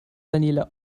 daniela